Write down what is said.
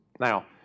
Now